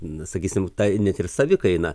na sakysim ta net ir savikaina